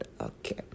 okay